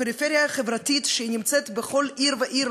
פריפריה חברתית שנמצאת בכל עיר ועיר,